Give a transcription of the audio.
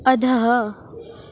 अधः